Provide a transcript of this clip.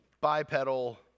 bipedal